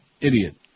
Idiot